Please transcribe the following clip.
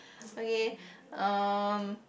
okay um